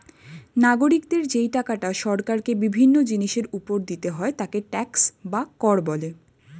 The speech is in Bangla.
নাগরিকদের যেই টাকাটা সরকারকে বিভিন্ন জিনিসের উপর দিতে হয় তাকে ট্যাক্স বা কর বলে